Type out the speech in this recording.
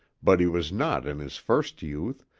but he was not in his first youth,